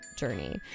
journey